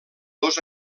dos